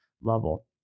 level